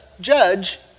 judge